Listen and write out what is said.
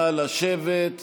נא לשבת.